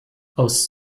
aus